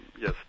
yes